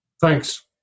Thanks